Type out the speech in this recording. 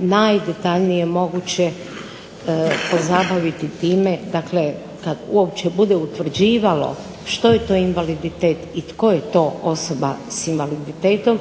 najdetaljnije moguće pozabaviti time. Dakle kada bude utvrđivalo što je to invaliditet i tko je to osobe sa invaliditetom